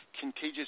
contagious